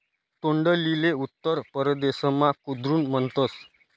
तोंडलीले उत्तर परदेसमा कुद्रुन म्हणतस